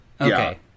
Okay